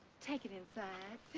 take it inside.